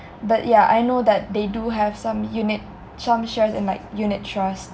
but yeah I know that they do have some unit some shares in like unit trust